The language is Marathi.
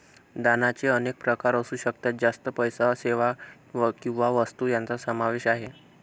दानाचे अनेक प्रकार असू शकतात, ज्यात पैसा, सेवा किंवा वस्तू यांचा समावेश आहे